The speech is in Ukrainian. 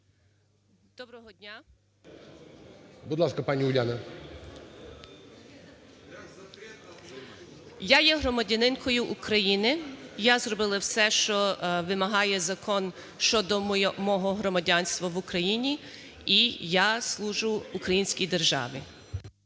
СУПРУН У.Н. Я є громадянкою України, я зробила все, що вимагає закон щодо мого громадянства в Україні, і я служу українській державі.